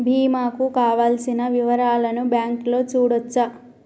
బీమా కు కావలసిన వివరాలను బ్యాంకులో చూడొచ్చా?